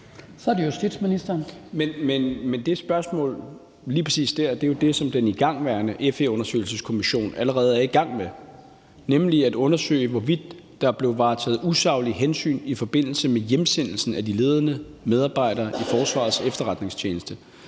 Kl. 17:48 Justitsministeren (Peter Hummelgaard): Men lige præcis det spørgsmål er jo det, som den igangværende FE-undersøgelseskommission allerede er i gang med at undersøge, nemlig spørgsmålet om, hvorvidt der blev varetaget usaglige hensyn i forbindelse med hjemsendelsen af de ledende medarbejdere i Forsvarets Efterretningstjeneste.